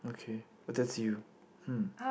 okay but that's you hmm